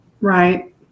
Right